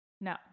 No